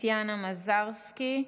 טטיאנה מזרסקי.